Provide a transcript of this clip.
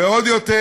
ועוד יותר,